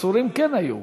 עצורים כן היו.